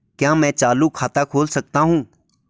क्या मैं चालू खाता खोल सकता हूँ?